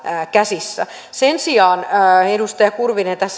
käsissä sen sijaan kun edustaja kurvinen